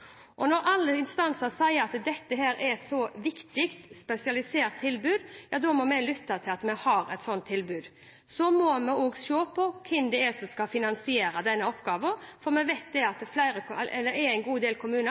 sier at dette er et så viktig spesialisert tilbud, må vi lytte og ha et sånt tilbud. Vi må også se på hvem det er som skal finansiere denne oppgaven. Vi vet at det er en god del kommuner